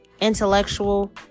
intellectual